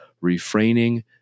refraining